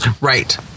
Right